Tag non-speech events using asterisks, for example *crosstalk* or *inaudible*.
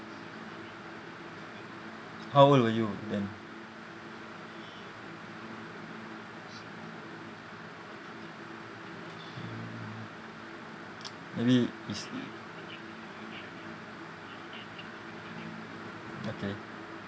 how old were you then mm *noise* maybe is okay